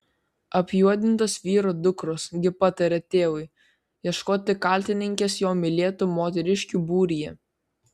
apjuodintos vyro dukros gi pataria tėvui ieškoti kaltininkės jo mylėtų moteriškių būryje